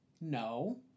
No